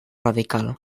radical